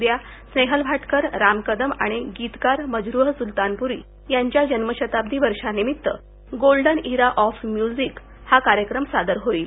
उद्या स्नेहल भाटकर राम कदम आणि गीतकार मजरूह सुलतानपुरी यांच्या जन्मशताब्दी वर्षानिमित्त गोल्डन इरा ऑफ म्युझिक हा कार्यक्रम सादर होईल